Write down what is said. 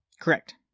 Correct